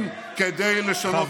מה, אתה רציני?